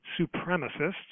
supremacists